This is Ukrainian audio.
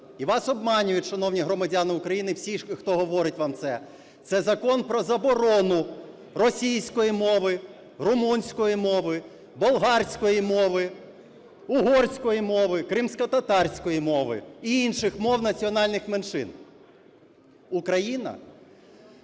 і вас обманюють, шановні громадяни України, всі, хто говорить вам це. Це закон про заборону російської мови, румунської мови, болгарської мови, угорської мови, кримськотатарської мови і інших мов національних меншин. Україна,